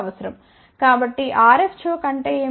కాబట్టి RF choke అంటే ఏమిటి